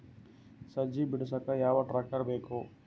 ಸಜ್ಜಿ ಬಿಡಸಕ ಯಾವ್ ಟ್ರ್ಯಾಕ್ಟರ್ ಬೇಕು?